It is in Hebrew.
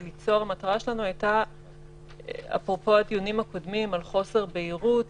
המטרה שלנו אפרופו הדיונים הקודמים על חוסר בהירות